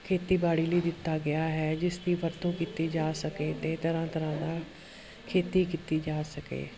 ਖੇਤੀਬਾੜੀ ਲਈ ਦਿੱਤਾ ਗਿਆ ਹੈ ਜਿਸ ਦੀ ਵਰਤੋਂ ਕੀਤੀ ਜਾ ਸਕੇ ਅਤੇ ਤਰ੍ਹਾਂ ਤਰ੍ਹਾਂ ਦਾ ਖੇਤੀ ਕੀਤੀ ਜਾ ਸਕੇ